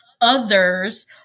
others